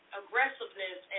aggressiveness